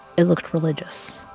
it looked religious.